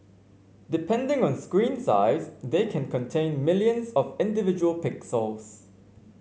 depending on screen size they can contain millions of individual pixels